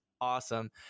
awesome